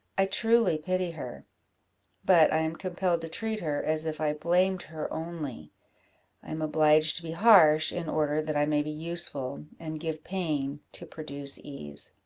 i truly pity her but i am compelled to treat her as if i blamed her only i am obliged to be harsh, in order that i may be useful, and give pain to produce ease.